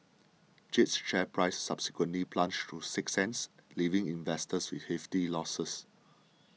Jade's share price subsequently plunged to six cents leaving investors with hefty losses